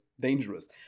dangerous